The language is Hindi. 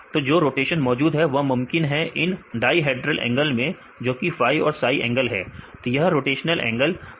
तो जो रोटेशन मौजूद है वह मुमकिन है इन डाईहेडरेल एंगल में जोकि फाई और साई एंगल है तो यह रोटेशनल एंगल N Cअल्फा और C अल्फा N का है